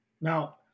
Now